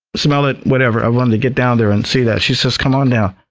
smell it, whatever. i wanted to get down there and see that. she said, come on down.